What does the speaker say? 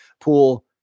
pool